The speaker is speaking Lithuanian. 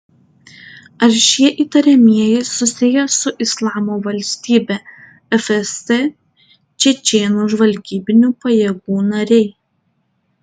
ar šie įtariamieji susiję su islamo valstybe fst čečėnų žvalgybinių pajėgų nariai